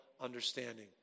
understanding